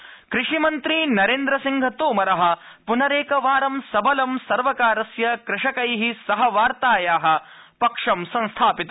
तोमर कषकाश्च कृषिमन्त्री नरेन्द्रसिंहतोमर पुनरेकवारं सबलं सर्वकारस्य कृषकै सह वार्ताया पक्ष संस्थापित